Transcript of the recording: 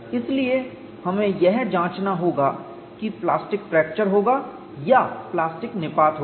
इसलिए हमें यह जांचना होगा कि फ्रैक्चर होगा या प्लास्टिक निपात होगा